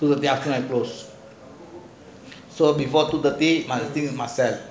two thirty after I close so before two thirty thing must sell